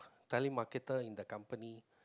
telemarketer in the company